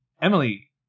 Emily